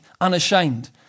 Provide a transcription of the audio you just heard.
unashamed